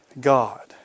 God